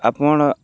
ଆପଣ୍